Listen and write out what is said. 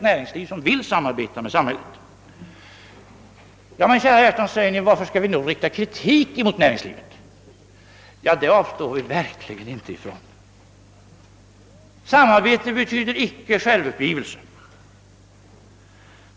näringsliv som vill samarbeta med samhället. Men kära hjärtanes, säger ni, varför skall vi då rikta kritik mot näringslivet? Ja, det avstår vi verkligen inte ifrån. Samarbete betyder icke självuppgivelse.